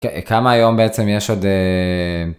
כמה היום בעצם יש עוד.